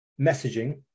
messaging